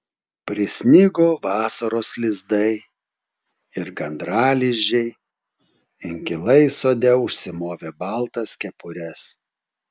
prisnigo vasaros lizdai ir gandralizdžiai inkilai sode užsimovė baltas kepures